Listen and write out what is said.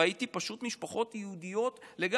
ראיתי פשוט משפחות יהודיות לגמרי.